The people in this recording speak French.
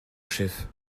chefs